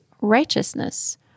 righteousness